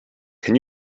can